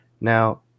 Now